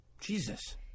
Jesus